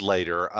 Later